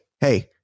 Hey